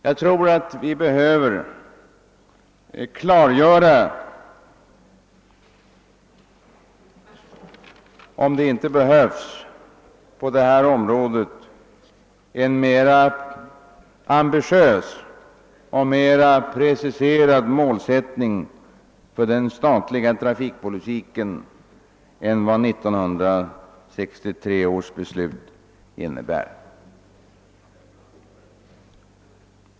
Jag tror att vi måste klargöra om det inte på detta område behövs en mer ambitiös och mer preciserad målsättning för den statliga trafikpolitiken än vad 1963 års beslut innebär.